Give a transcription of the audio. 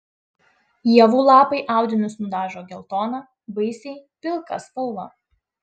ievų lapai audinius nudažo geltona vaisiai pilka spalva